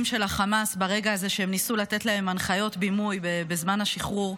של חמאס ברגע הזה שהם ניסו לתת להם הנחיות בימוי בזמן השחרור,